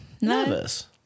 Nervous